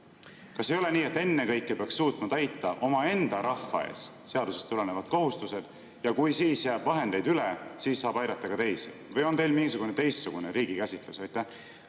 Kas ei ole nii, et ennekõike peaks suutma täita omaenda rahva ees seadusest tulenevad kohustused ja siis, kui jääb vahendeid üle, saab aidata teisi, või on teil mingisugune teistsugune riigi käsitlus?